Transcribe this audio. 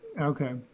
okay